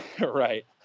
Right